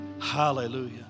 Hallelujah